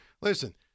Listen